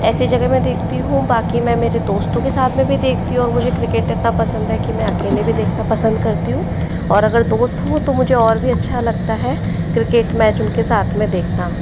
ऐसी जगह में देखती हूँ बाकि मैं मेरे दोस्तों के साथ भी देखती हूँ और मुझे क्रिकेट इतना पसंद है कि मैं अकेले में भी देखना पसंद करती हूँ और अगर दोस्त हो तो मुझे और भी ज़्यादा अच्छा लगता है क्रिकेट मैच उनके साथ में देखना